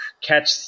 catch